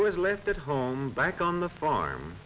was left at home back on the farm